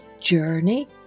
Journey